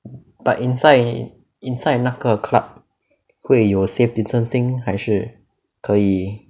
but inside inside 那个 club 会有 safe distancing 还是可以